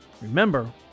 Remember